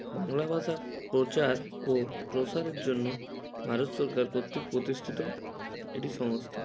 বাংলা ভাষা প্রচার ও প্রসারের জন্য ভারত সরকার কর্তৃক প্রতিষ্ঠিত একটি সংস্থা